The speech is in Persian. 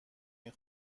این